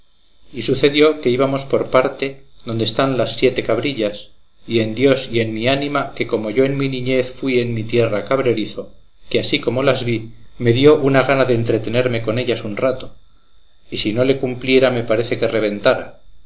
y sucedió que íbamos por parte donde están las siete cabrillas y en dios y en mi ánima que como yo en mi niñez fui en mi tierra cabrerizo que así como las vi me dio una gana de entretenerme con ellas un rato y si no le cumpliera me parece que reventara